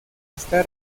está